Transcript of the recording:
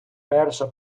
перша